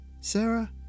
Sarah